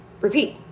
repeat